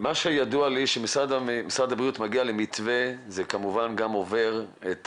מה שידוע לי שמשרד הבריאות מגיע למתווה זה כמובן גם עובר את